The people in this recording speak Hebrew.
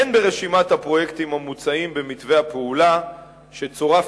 אין ברשימת הפרויקטים המוצעים במתווה הפעולה שצורף